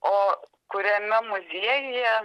o kuriame muziejuje